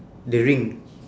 the ring